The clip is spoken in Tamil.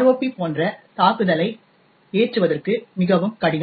ROP போன்ற தாக்குதலை ஏற்றுவதற்கு மிகவும் கடினம்